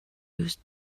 used